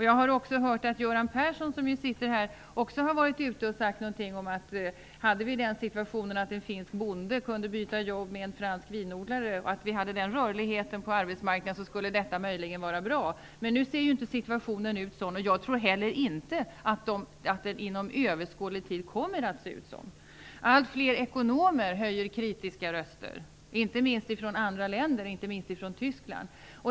Jag har också hört att Göran Persson, som sitter här, har sagt någonting om att hade vi den rörligheten på arbetsmarknaden att en finsk bonde kunde byta jobb med en fransk vinodlare skulle detta möjligen vara bra. Men nu ser inte situationen ut så, och jag tror heller inte att den inom överskådlig tid kommer att se ut så. Allt fler ekonomer höjer kritiskt rösten, inte minst från andra länder, inte minst från Tyskland.